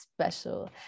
special